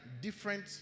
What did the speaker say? different